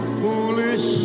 foolish